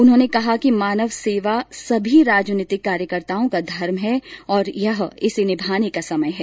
उन्होंने कहा कि मानव सेवा सभी राजनीतिक कार्यकर्ताओं का धर्म है और यह इसे निभाने का समय है